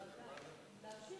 להמשיך